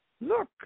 Look